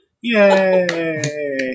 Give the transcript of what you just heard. Yay